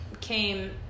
came